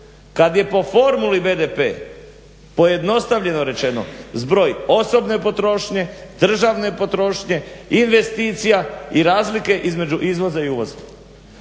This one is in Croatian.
kad je po formuli BDP pojednostavljeno rečeno zbroj osobne potrošnje, državne potrošnje, investicija i razlike između izvoza i uvoza.